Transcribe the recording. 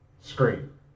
screen